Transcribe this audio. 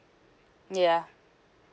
ya